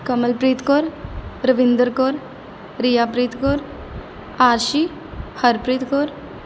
Kamalpreet Kaur Ravinder Kaur Riyapreet Kaur Arshi Harpreet Kaur